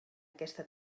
aquesta